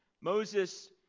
Moses